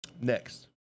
next